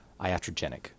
Iatrogenic